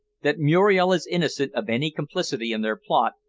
that muriel is innocent of any complicity in their plot,